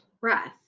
breath